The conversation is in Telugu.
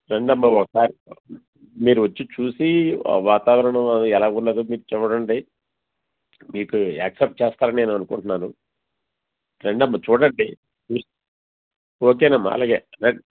రండి అమ్మ ఒకసారి మీరు వచ్చి చూసి వాతావరణం ఎలా ఉన్నదో మీరు చూడండి మీకు యాక్సెప్ట్ చేస్తారని నేను అనుకుంటున్నాను రండి అమ్మ చూడండి చ ఓకే అమ్మా అలాగే రండి